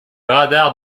radars